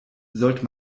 sollte